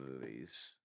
movies